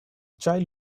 child